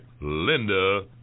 Linda